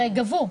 הרי גבו.